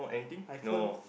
I found